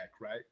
right